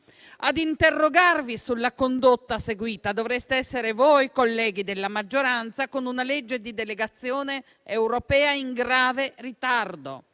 Ad interrogarvi sulla condotta seguita dovreste essere voi, colleghi della maggioranza, con un disegno di legge di delegazione europea in grave ritardo.